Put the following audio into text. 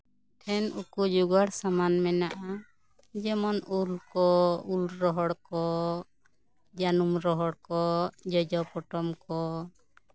ᱦᱮᱸ ᱩᱠᱩ ᱡᱳᱜᱟᱲ ᱥᱟᱢᱟᱱ ᱢᱮᱱᱟᱜᱼᱟ ᱡᱮᱢᱚᱱ ᱩᱞ ᱠᱚ ᱩᱞ ᱨᱚᱦᱚᱲ ᱠᱚ ᱡᱟᱱᱩᱢ ᱨᱚᱦᱚᱲ ᱠᱚ ᱡᱚᱡᱚ ᱯᱚᱴᱚᱢ ᱠᱚ